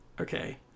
Okay